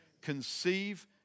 Conceive